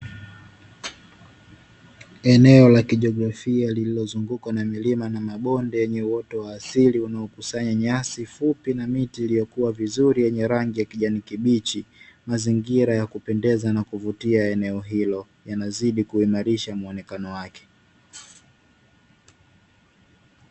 Eneo la kijiografia lililozungukwa na milima na mabonde, lenye uoto wa asili unaokusanya nyasi fupi na miti iliyokua vizuri yenye rangi ya kijani kibichi, mazingira ya kupendeza na kuvutia, eneo hilo linazidi kuimarisha muonekano wake.